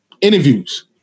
interviews